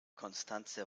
constanze